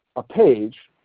a page,